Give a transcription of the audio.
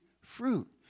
fruit